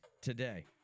Today